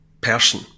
person